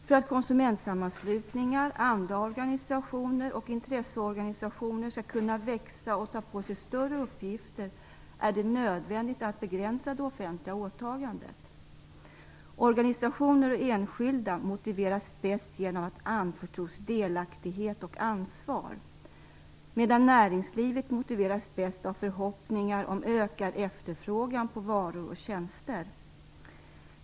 För att konsumentsammanslutningar, andra organisationer och intresseorganisationer skall kunna växa och ta på sig större uppgifter är det nödvändigt att begränsa det offentliga åtagandet. Organisationer och enskilda motiveras bäst genom att anförtros delaktighet och ansvar, medan näringslivet motiveras bäst av förhoppningar om ökad efterfrågan på varor och tjänster.